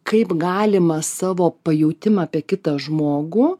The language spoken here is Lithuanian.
kaip galimą savo pajautimą apie kitą žmogų